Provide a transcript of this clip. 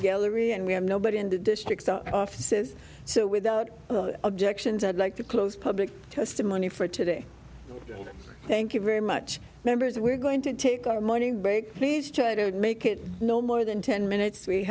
gallery and we have nobody in the district offices so without objections i'd like to close public testimony for today thank you very much members we're going to take our morning break please try to make it no more than ten minutes we